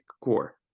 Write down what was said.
core